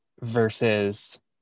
versus